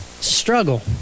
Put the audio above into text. Struggle